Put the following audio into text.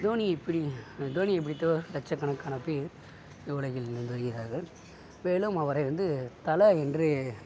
தோனியை பிடி தோனியை பிடித்தோர் லட்சக் கணக்கான பேர் இந்த உலகில் இருந்து வருகிறார்கள் மேலும் அவரை வந்து தலை என்று